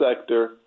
sector